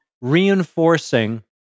reinforcing